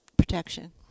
protection